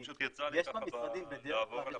פשוט יצא לי ככה לעבור על --- יש